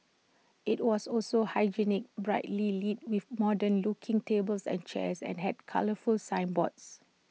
IT was also hygienic brightly lit with modern looking tables and chairs and had colourful signboards